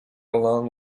along